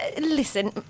listen